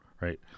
Right